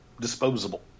disposable